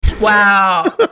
Wow